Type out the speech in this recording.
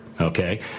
okay